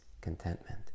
contentment